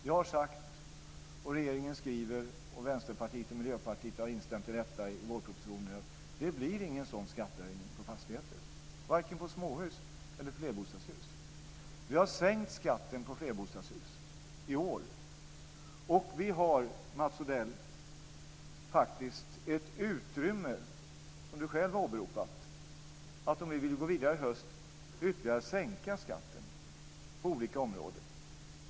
Jag har sagt, och regeringen skriver, och Vänsterpartiet och Miljöpartiet har instämt i det i vårpropositionen: Det blir ingen sådan skattehöjning på fastigheter, varken på småhus eller flerbostadshus. Vi har sänkt skatten på flerbostadshus i år. Vi har faktiskt - som du själv har åberopat, Mats Odell - utrymme att ytterligare sänka skatten på olika områden, om vi vill gå vidare i höst.